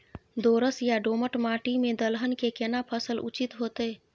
दोरस या दोमट माटी में दलहन के केना फसल उचित होतै?